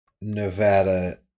Nevada